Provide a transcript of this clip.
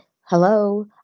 hello